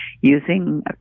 using